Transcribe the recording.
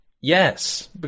Yes